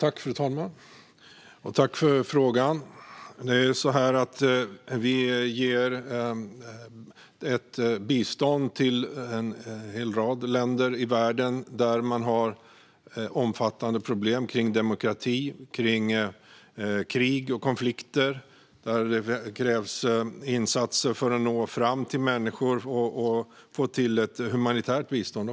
Fru talman! Tack för frågan! Vi ger bistånd till en hel rad länder i världen där man har omfattande problem med demokrati, krig och konflikter. Det är länder där det krävs insatser för att nå fram till människor och få till ett humanitärt bistånd.